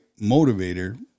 motivator